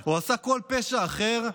או עשה כל פשע אחר,